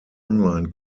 online